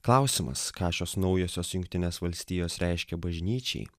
klausimas ką šios naujosios jungtinės valstijos reiškia bažnyčiai